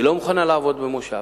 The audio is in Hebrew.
היא לא מוכנה לעבוד במושב.